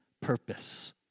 purpose